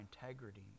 integrity